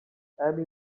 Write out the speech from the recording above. emil